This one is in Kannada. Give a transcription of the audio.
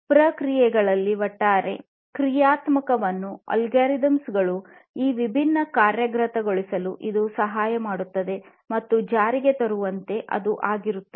ಪ್ರಕ್ರಿಯೆಗಳಲ್ಲಿ ಒಟ್ಟಾರೆ ಕ್ರಿಯಾತ್ಮಕತೆಯನ್ನು ಅಲ್ಗೊರಿದಮ್ ಗಳು ಈ ವಿಭಿನ್ನ ಕಾರ್ಯಗತಗೊಳಿಸಲು ಇವು ಸಹಾಯ ಮಾಡುತ್ತವೆ ಮತ್ತು ಜಾರಿಗೆ ತರುವಂತೆ ಅದು ಆಗಿರುತ್ತದೆ